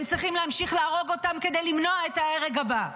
הם צריכים להמשיך להרוג אותם כדי למנוע את ההרג הבא.